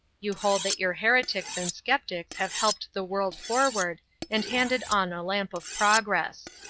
you hold that your heretics and sceptics have helped the world forward and handed on a lamp of progress.